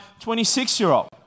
26-year-old